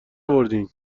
آوردین